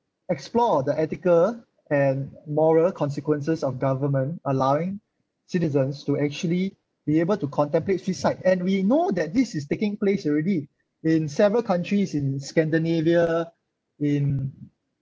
explore the ethical and moral consequences of government allowing citizens to actually be able to contemplate suicide and we know that this is taking place already in several countries in scandinavia in